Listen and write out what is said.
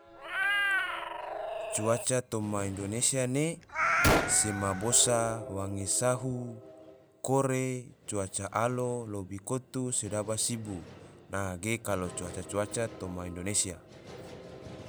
Cuaca toma indonesia ne, sema bosa, wange sahu, kore, cuaca alo, lobi kotu, sedaba sibu. a ge kalo cuaca-cuaca toma indonesia.